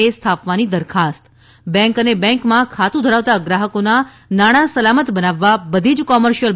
એ સ્થાપવાની દરખાસ્ત બેન્ક અને બેન્કમાં ખાંતુ ધરાવતા ગ્રાહકોના નાણાં સલામત બનાવવા બધી જ કોમર્શિયલ